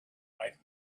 might